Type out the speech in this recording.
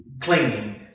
clinging